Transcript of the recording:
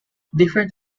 different